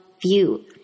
view